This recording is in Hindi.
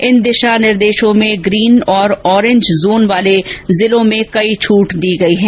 इन दिशा निर्देशों में ग्रीन और अॅरेंज जोन वाले जिलों में कई छूट दी गई हैं